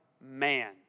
Man